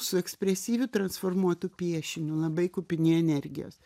su ekspresyviu transformuotu piešiniu labai kupini energijos